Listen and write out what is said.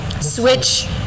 switch